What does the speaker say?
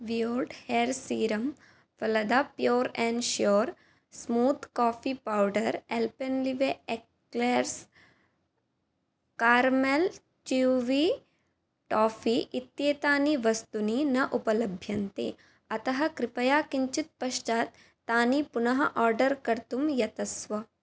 beard hair serum पलदा pure and sure smooth coffee powder Alpenliebe eclairs caramel chewy toffee इत्येतानि वस्तूनि न उपलभ्यन्ते अतः कृपया किञ्चित् पश्चात् तानि पुनः आर्डर् कर्तुं यतस्व